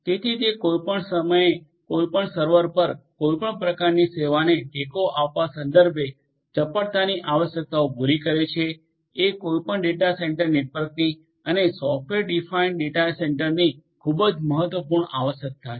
તેથી તે કોઈપણ સમયે કોઈપણ સર્વર પર કોઈપણ પ્રકારની સેવાને ટેકો આપવા સંદર્ભે ચપળતાની આવશ્યકતાઓ પૂરી કરે છે એ કોઈપણ ડેટા સેન્ટર નેટવર્કની અને સોફ્ટવેર ડિફાઇન ડેટા સેન્ટરની ખૂબ જ મહત્વપૂર્ણ આવશ્યકતા છે